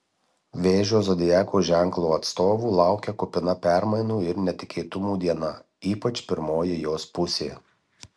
vėžio zodiako ženklo atstovų laukia kupina permainų ir netikėtumų diena ypač pirmoji jos pusė